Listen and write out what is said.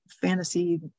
fantasy